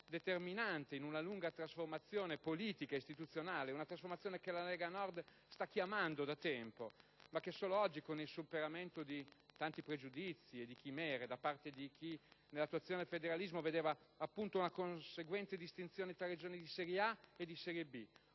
determinante di una lunga trasformazione politica ed istituzionale, una trasformazione che la Lega Nord sta «chiamando» da tempo, ma che solo oggi, con il superamento di tanti pregiudizi o chimere da parte di chi nell'attuazione del federalismo vedeva una conseguente distinzione tra Regioni di serie A o di serie B